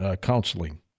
counseling